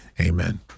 Amen